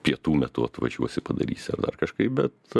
pietų metu atvažiuosi padarysi ar dar kažkaip bet